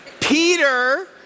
Peter